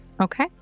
Okay